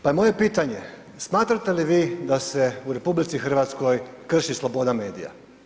Pa je moje pitanje, smatrate li vi da se u RH krši sloboda medija?